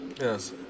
Yes